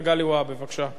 ואחר כך נעבור להצבעה.